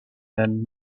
and